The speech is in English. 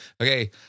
Okay